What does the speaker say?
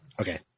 Okay